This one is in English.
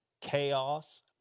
chaos